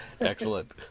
Excellent